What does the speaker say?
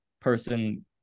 person